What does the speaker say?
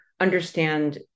understand